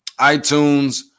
iTunes